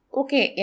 okay